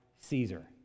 Caesar